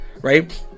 right